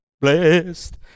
Blessed